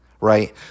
right